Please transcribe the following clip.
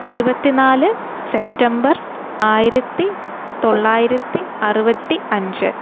ഇരുപത്തി നാല് സെപ്റ്റംബർ ആയിരത്തി തൊള്ളായിരത്തി അറുപത്തി അഞ്ച്